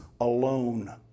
alone